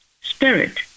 Spirit